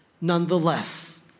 Nonetheless